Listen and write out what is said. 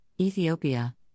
Ethiopia